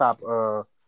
top